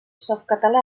softcatalà